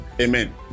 amen